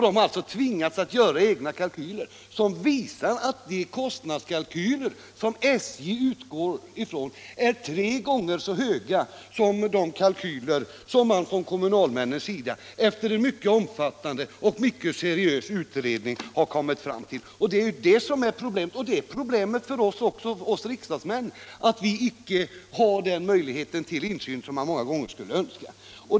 De har tvingats göra egna kalkyler, och dessa visar att SJ:s kostnadskalkyler är tre gånger så höga som de som kommunalmännen efter en mycket omfattande och seriös utredning har kommit fram till. Detta är också problemet för oss riksdagsmän — vi har inte den möjlighet till insyn som vi många gånger skulle önska.